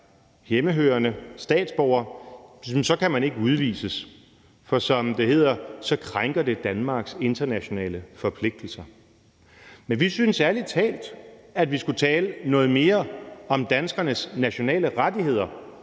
hjemmehørende statsborger, så kan man ikke udvises, for som det hedder: Så krænker man Danmarks internationale forpligtelser. Men vi synes ærlig talt, at vi skulle tale noget mere om danskernes nationale rettigheder